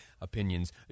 opinions